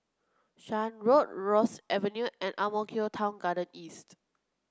Shan Road Rosyth Avenue and Ang Mo Kio Town Garden East